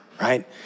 right